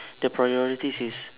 the priorities is